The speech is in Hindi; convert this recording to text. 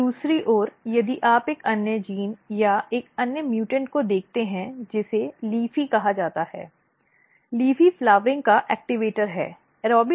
दूसरी ओर यदि आप एक अन्य जीन या एक अन्य म्यूटॅन्ट को देखते हैं जिसे leafy कहा जाता है LEAFY फ्लावरिंग का ऐक्टवेटर है